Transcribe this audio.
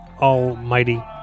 Almighty